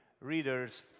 readers